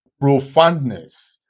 profoundness